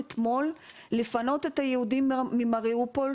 חבר'ה, אתם רוצים לשמוע מה קורה באוקראינה עכשיו?